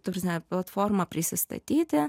ta prasme platforma prisistatyti